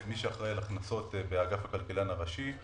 מי שאחראי על ההכנסות באגף הכלכלן הראשי,